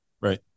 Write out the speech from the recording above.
Right